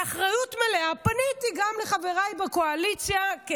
באחריות מלאה פניתי גם לחבריי בקואליציה,